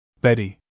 Betty